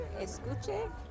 escuche